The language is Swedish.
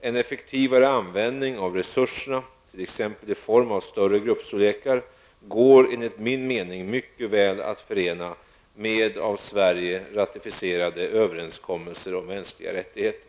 En effektivare användning av resurserna t.ex. i form av större gruppstorlekar, går enligt min mening mycket väl att förena med av Sverige ratificerade överenskommelser om mänskliga rättigheter.